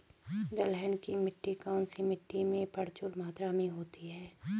दलहन की खेती कौन सी मिट्टी में प्रचुर मात्रा में होती है?